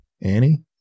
Annie